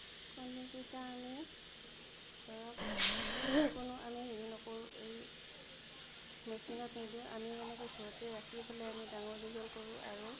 কণীকেইটা আমি ধৰক কোনো আমি হেৰি নকৰোঁ এই মেচিনত নিদো আমি এনেকৈ ঘৰতেই ৰাখি পেলাই আমি ডাঙৰ দীঘল কৰোঁ আৰু